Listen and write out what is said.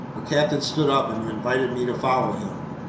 the captain stood up and invited me to follow him.